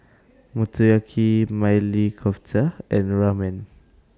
Motoyaki Maili Kofta and Ramen